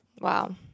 Wow